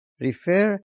refer